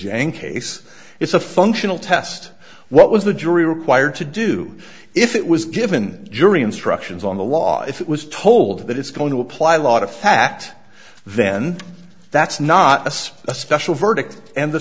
young case it's a functional test what was the jury required to do if it was given jury instructions on the law if it was told that it's going to apply a lot of fat then that's not a so a special verdict and the